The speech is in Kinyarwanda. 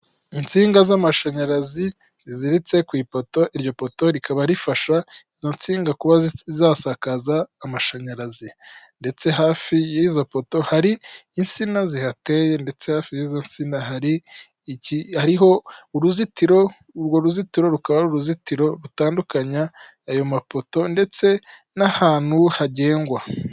Insinga z'amashanyarazi ziziritse ku ipoto, iryo poto rikaba rifasha izo nsinga kuba zasakaza amashanyarazi ndetse hafi y'izo poto hari insina zihateye ndetse hafi y'izo nsinga hari, hariho uruzitiro urwo ruzitiro rukaba ari uruzitiro rutandukanya ayo mapoto ndetse n'ahantu hagengwa.